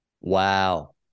Wow